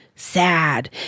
Sad